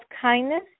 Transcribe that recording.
kindness